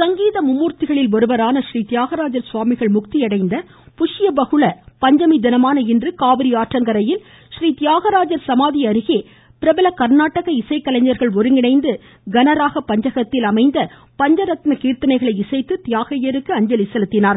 சங்கீத மும்மூர்த்திகளில் ஒருவரான ஸ்ரீதியாகராஜர் சுவாமிகள் முக்தியடைந்த புஷ்ய பகுள பஞ்சமி தினமான இன்று காவிரி ஆற்றங்கரையில் றீதியாகராஜர் சமாதி அருகே பிரபல கர்நாடக இசைக்கலைஞர்கள் ஒருங்கிணைந்து கனராக பஞ்சகத்தில் அமைந்த பஞ்சரத்ன கீர்த்தனைகளை இசைத்து தியாகையருக்கு அஞ்சலி செலுத்தினர்